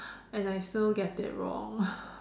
and I still get it wrong